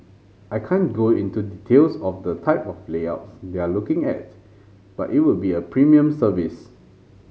I can't go into details of the type of layouts they are looking at but it would be a premium service